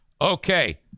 Okay